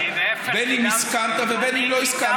בין אם הסכמת ובין אם לא הסכמת.